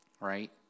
Right